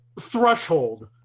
Threshold